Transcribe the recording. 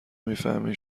میفهمین